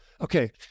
okay